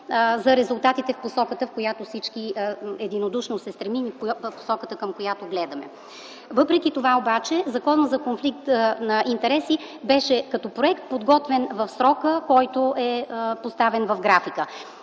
за резултати в посоката, към която всички единодушно се стремим, посоката, в която гледаме. Въпреки това обаче Законът за конфликт на интереси като проект беше подготвен в срока, поставен в графика.